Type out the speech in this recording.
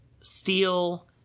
Steel